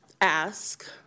ask